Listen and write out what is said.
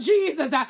Jesus